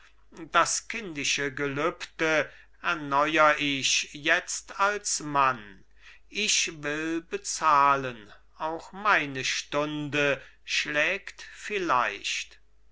das kindische gelübde erneur ich jetzt als mann ich will bezahlen auch meine stunde schlägt vielleicht